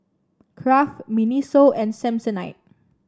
Kraft Miniso and Samsonite